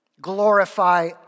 glorify